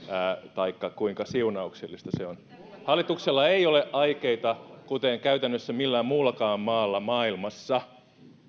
taikka kuinka siunauksellista se on hallituksella ei ole aikeita kuten käytännössä ei millään muullakaan maalla maailmassa